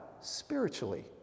spiritually